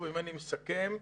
אם אסכם.